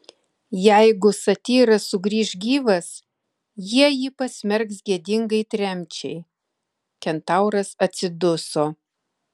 jeigu satyras sugrįš gyvas jie jį pasmerks gėdingai tremčiai kentauras atsiduso